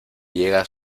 llega